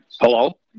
Hello